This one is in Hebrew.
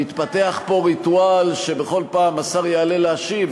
יתפתח פה ריטואל שבכל פעם השר יעלה להשיב,